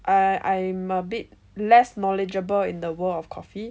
err I'm a bit less knowledgeable in the world of coffee